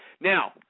Now